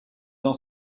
dans